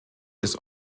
ist